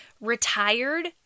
retired